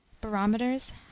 barometers